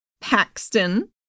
Paxton